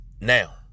Now